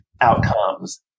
outcomes